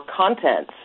content